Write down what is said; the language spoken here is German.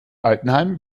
altenheim